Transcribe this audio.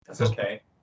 okay